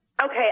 Okay